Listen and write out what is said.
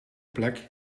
plek